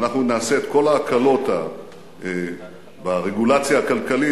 ואנחנו נעשה את כל ההקלות ברגולציה הכלכלית,